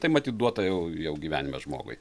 tai matyt duota jau jau gyvenime žmogui